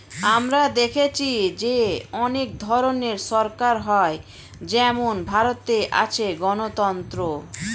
আমরা দেখেছি যে অনেক ধরনের সরকার হয় যেমন ভারতে আছে গণতন্ত্র